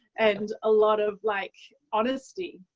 and a lot of like honesty.